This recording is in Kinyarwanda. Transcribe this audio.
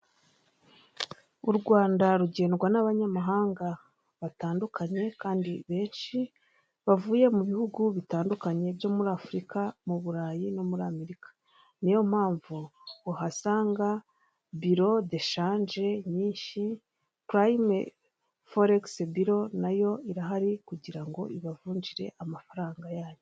U Rwanda rugendwa n'abanyamahanga batandukanye kandi benshi, bavuye mu bihugu bitandukanye byo muri Afurika, mu Burayi no muri Amerika. Niyompamvu uhasanga biro deshanje nyinshi, purayime foregisi biro nayo irahari kugira ngo ibavunjire amafaranga yanyu.